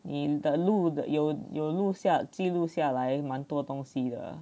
你的录的有有录像记录下来蛮多东西的